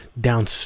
down